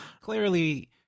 Clearly